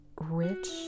rich